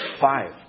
five